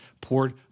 poured